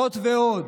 זאת ועוד,